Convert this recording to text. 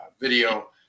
video